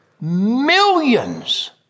millions